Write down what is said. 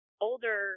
older